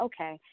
okay